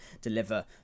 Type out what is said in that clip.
deliver